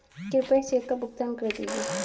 कृपया इस चेक का भुगतान कर दीजिए